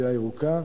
תעשייה ירוקה,